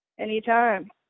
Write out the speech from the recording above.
anytime